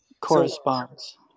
corresponds